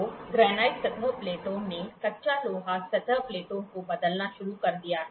तो ग्रेनाइट सतह प्लेटों ने कच्चा लोहा सतह प्लेटों को बदलना शुरू कर दिया है